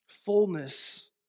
Fullness